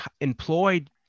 employed